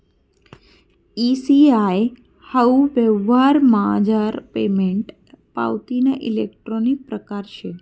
E CS हाऊ यवहारमझार payment पावतीना इलेक्ट्रानिक परकार शे